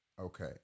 Okay